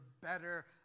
better